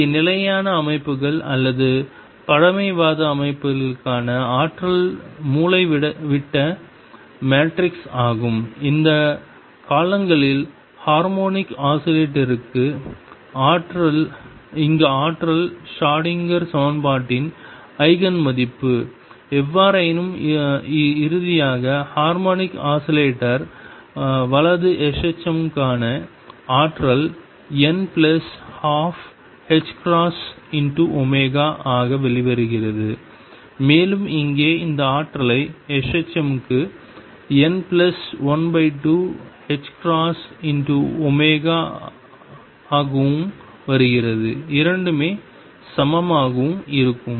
இங்கே நிலையான அமைப்புகள் அல்லது பழமைவாத அமைப்புகளுக்கான ஆற்றல் மூலைவிட்ட மேட்ரிக்ஸ் ஆகும் கடந்த காலங்களில் ஹார்மோனிக் ஆஸிலேட்டருக்கு இங்கு ஆற்றல் ஷ்ரோடிங்கர் சமன்பாட்டின் ஈஜென் மதிப்பு எவ்வாறாயினும் இறுதியாக ஹார்மோனிக் ஆஸிலேட்டர் வலது s h m க்கான ஆற்றல் n12ℏω ஆக வெளிவருகிறது மேலும் இங்கே இந்த ஆற்றலை s h m க்கு n12ℏω ஆகவும் வருகிறது இரண்டுமே சமமாகவும் இருக்கும்